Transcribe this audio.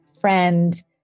friend